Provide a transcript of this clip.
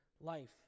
life